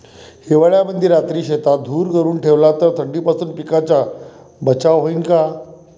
हिवाळ्यामंदी रात्री शेतात धुर करून ठेवला तर थंडीपासून पिकाचा बचाव होईन का?